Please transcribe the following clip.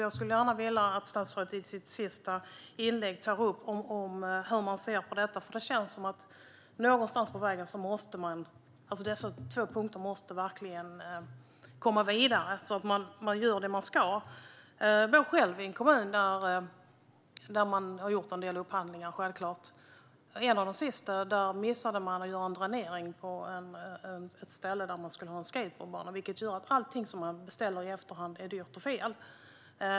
Jag skulle gärna vilja att statsrådet i sitt sista inlägg tar upp hur man ser på detta. Det känns som att det någonstans på vägen finns två punkter där man verkligen måste komma vidare så att man gör det man ska. Jag bor själv i en kommun där man har gjort en del upphandlingar. I en av de senaste missade man att göra en dränering på ett ställe där man skulle ha en skateboardbana, vilket gör att allt som man beställer i efterhand blir dyrt och fel.